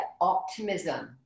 optimism